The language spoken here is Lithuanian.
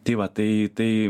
tai va tai tai